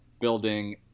building